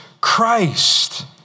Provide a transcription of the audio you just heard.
Christ